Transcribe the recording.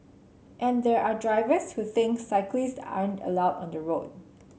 and there are drivers who think cyclists aren't allowed on the road